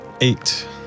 Eight